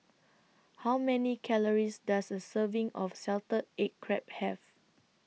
How Many Calories Does A Serving of Salted Egg Crab Have